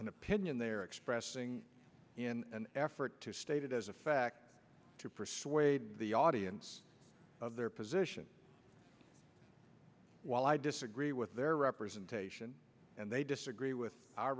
an opinion they are expressing in an effort to stated as a fact to persuade the audience of their position while i disagree with their representation and they disagree with our